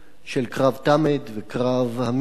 של קרב תמד וקרב המיתלה,